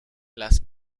las